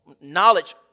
knowledge